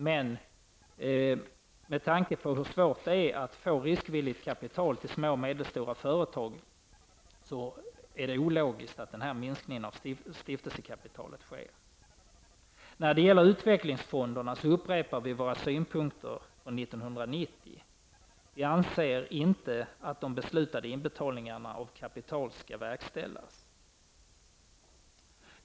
Men med tanke på hur svårt det är att få riskvilligt kapital till små och medelstora företag, är denna minskning av stiftelsekapitalet ologisk. När det gäller utvecklingsfonderna upprepar vi våra synpunkter från 1990. Vi anser inte att de beslutade inbetalningarna av kapital skall verkställas.